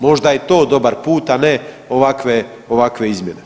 Možda je to dobar put, a ne ovakve izmjene.